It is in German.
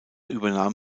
übernahm